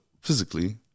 physically